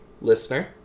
listener